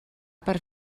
per